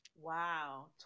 Wow